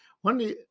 one